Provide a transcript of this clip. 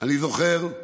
אני זוכר,